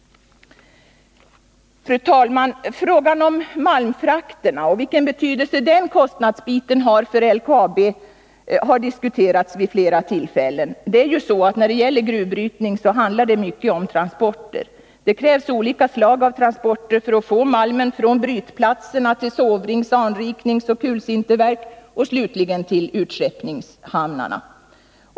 Fru talman! Frågan om malmfrakterna och vilken betydelse den kostnadsbiten har för LKAB har diskuterats vid flera tillfällen. När det gäller gruvbrytning handlar det mycket om transporter. Det krävs olika slag av transporter för att få malmen från brytplatserna till sovrings-, anrikningsoch kulsinterverk och slutligen till utskeppningshamnarna.